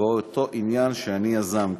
באותו עניין שאני יזמתי.